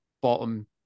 bottom